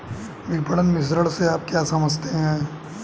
विपणन मिश्रण से आप क्या समझते हैं?